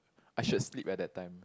I should sleep at that time